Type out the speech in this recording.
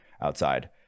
outside